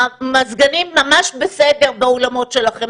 המזגנים ממש בסדר באולמות שלכם,